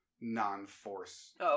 non-force